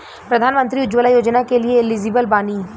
प्रधानमंत्री उज्जवला योजना के लिए एलिजिबल बानी?